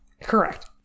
Correct